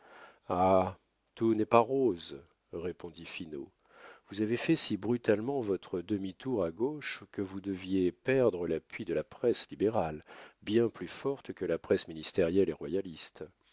tout n'est pas roses répondit finot vous avez fait si brutalement votre demi-tour à gauche que vous deviez perdre l'appui de la presse libérale bien plus forte que la presse ministérielle et royaliste